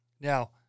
Now